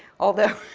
although